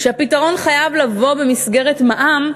שהפתרון חייב לבוא במסגרת מע"מ,